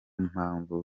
mpamvu